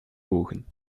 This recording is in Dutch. ogen